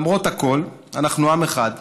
למרות הכול אנחנו עם אחד.